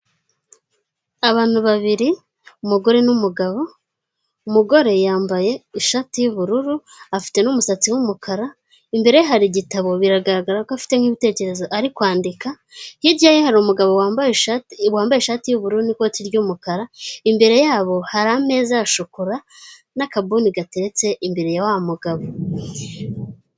Abantu babiri umugore n'umugabo umugore yambaye ishati y'ubururu, afite n'umusatsi w'umukara, imbere ye hari igitabo biragaragara ko afite nk'ibitekerezo ari kwandika hirya ye hari umugabo wambaye ishati y'ubururu n'ikoti ry'umukara, imbere yabo hari ameza ya shokora n'akabuni gateretse imbere ya wa mugabo.